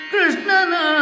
Krishna